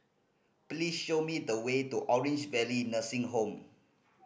please show me the way to Orange Valley Nursing Home